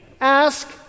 ask